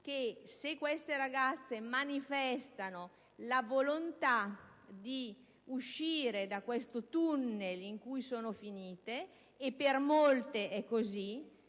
che molte ragazze manifestano la volontà di uscire da questo tunnel in cui sono finite, è anche vero